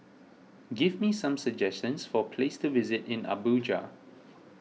give me some suggestions for places to visit in Abuja